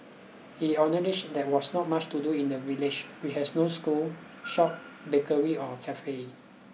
he acknowledged there was not much to do in the village which has no school shop bakery or cafe